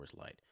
Light